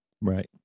right